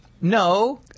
no